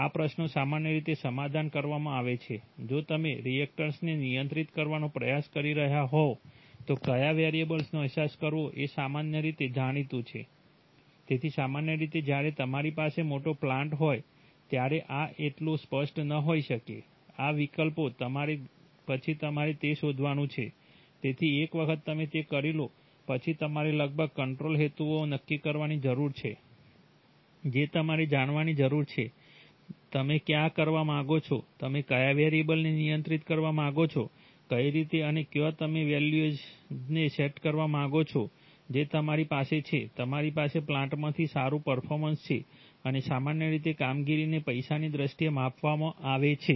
આ પ્રશ્નો સામાન્ય રીતે સમાધાન કરવામાં આવે છે જો તમે રિએક્ટરને નિયંત્રિત કરવાનો પ્રયાસ કરી રહ્યાં હોવ તો કયા વેરિયેબલ્સનો અહેસાસ કરવો તે સામાન્ય રીતે જાણીતું છે તેથી સામાન્ય રીતે જ્યારે તમારી પાસે મોટો પ્લાન્ટ હોય ત્યારે આ એટલું સ્પષ્ટ ન હોઈ શકે આ વિકલ્પો પછી તમારે તે શોધવાનું છે તેથી એક વખત તમે તે કરી લો પછી તમારે લગભગ કંટ્રોલ હેતુઓ નક્કી કરવાની જરૂર છે જે તમારે જાણવાની જરૂર છે તમે ક્યાં કરવા માંગો છો તમે કયા વેરિયેબલ્સને નિયંત્રિત કરવા માંગો છો કઈ રીતે અને ક્યાં તમે વેલ્યુઝને સેટ કરવા માંગો છો જે તમારી પાસે છે તમારી પાસે પ્લાન્ટમાંથી સારું પર્ફોર્મન્સ છે અને સામાન્ય રીતે કામગીરીને પૈસાની દ્રષ્ટિએ માપવામાં આવે છે